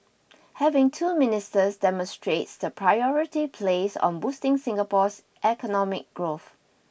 having two ministers demonstrates the priority placed on boosting Singapore's economic growth